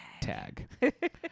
Tag